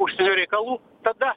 užsienio reikalų tada